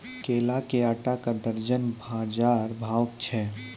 केला के आटा का दर्जन बाजार भाव छ?